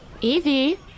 Evie